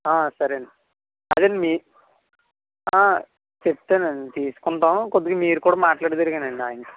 సరే అండి అదే అండి మీ చెప్తానండి తీసుకుంటాం కొద్దిగా మీరు కూడా మాట్లాడుదురు కానండి ఆయనతో